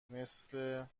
مثل